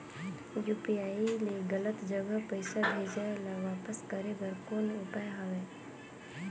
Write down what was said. UPI ले गलत जगह पईसा भेजाय ल वापस करे बर कौन उपाय हवय?